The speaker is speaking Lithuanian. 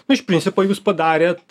nu iš principo jūs padarėt